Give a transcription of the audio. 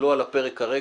הוא לא על הפרק כרגע.